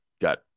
got